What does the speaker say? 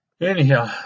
anyhow